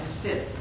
sit